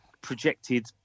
projected